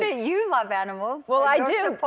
ah you love animals. well, i do. but